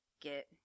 get